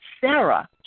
Sarah